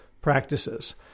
practices